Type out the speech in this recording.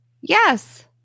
Yes